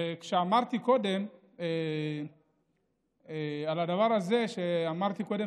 וכשאמרתי קודם, על הדבר הזה שאמרתי קודם